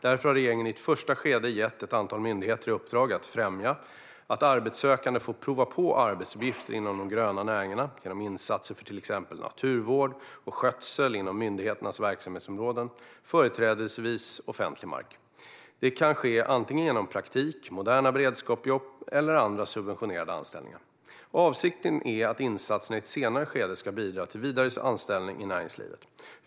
Därför har regeringen i ett första skede gett ett antal myndigheter i uppdrag att främja att arbetssökande får prova på arbetsuppgifter inom de gröna näringarna genom insatser för till exempel naturvård och skötsel inom myndigheternas verksamhetsområden, företrädesvis på offentlig mark. Detta kan ske antingen genom praktik, moderna beredskapsjobb eller andra subventionerade anställningar. Avsikten är att insatserna i ett senare skede ska bidra till vidare anställning i näringslivet.